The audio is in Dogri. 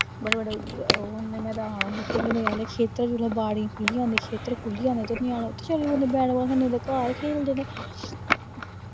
बड़े बड़े ओह् होंदे मैदान होंदे खेलने आह्ले खेत्तरें च जेल्लै बाड़ियां खुल्लियां होंदियां खेत्तर खुल्ले होंदे ते ञ्यानें चली पौंदे बैट बॉल खेलन ते नेईं ते घर खेलदे न